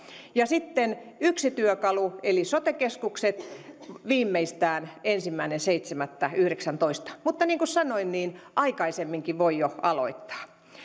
ja yksi työkalu eli sote keskukset viimeistään ensimmäinen seitsemättä kaksituhattayhdeksäntoista mutta niin kuin sanoin aikaisemminkin voi jo aloittaa